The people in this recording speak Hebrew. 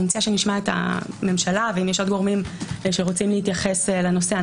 מציעה שנשמע את הממשלה ואם יש עוד גורמים שרוצים להתייחס לנושא,